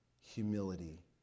humility